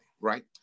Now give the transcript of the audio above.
right